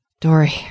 Dory